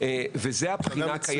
זה מהבחינה הקיימת.